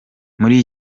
muri